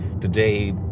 today